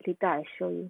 later I show you